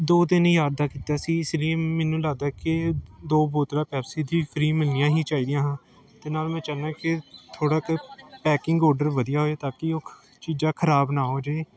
ਦੋ ਤਿੰਨ ਹਜ਼ਾਰ ਦਾ ਕੀਤਾ ਸੀ ਇਸ ਲਈ ਮੈਨੂੰ ਲੱਗਦਾ ਕਿ ਦੋ ਬੋਤਲਾਂ ਪੈਪਸੀ ਦੀ ਫ੍ਰੀ ਮਿਲਣੀਆਂ ਹੀ ਚਾਹੀਦੀਆਂ ਹਾਂ ਅਤੇ ਨਾਲ ਮੈਂ ਚਾਹੁੰਦਾ ਕਿ ਥੋੜ੍ਹਾ ਤਾਂ ਪੈਕਿੰਗ ਓਡਰ ਵਧੀਆ ਹੋਏ ਤਾਂ ਕਿ ਉਹ ਖ ਚੀਜ਼ਾਂ ਖ਼ਰਾਬ ਨਾ ਹੋਜੇ